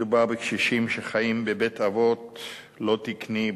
מדובר בקשישים שחיים בבית-אבות לא תקני,